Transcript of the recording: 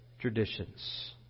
traditions